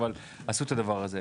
אבל עשו את הדבר הזה.